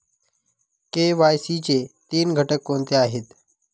KYC चे तीन घटक कोणते आहेत?